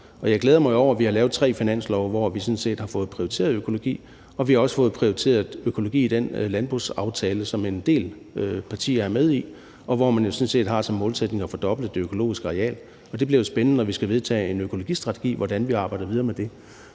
jeg glæder mig over, at vi har lavet tre finanslove, hvor vi har fået prioriteret økologi, og vi har også fået prioriteret økologi i den landbrugsaftale, som en del partier er med i, og hvor man har det som målsætning at fordoble det økologiske areal. Det bliver jo spændende, når vi skal vedtage en økologistrategi, hvordan vi arbejder videre med det.